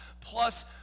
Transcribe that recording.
plus